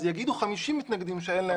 אז יגידו 50 מתנגדים שאין להם